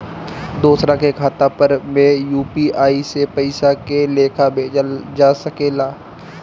दोसरा के खाता पर में यू.पी.आई से पइसा के लेखाँ भेजल जा सके ला?